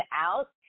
out